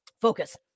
Focus